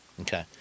Okay